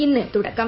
ഇന്ന് തുടക്കം